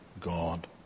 God